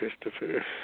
Christopher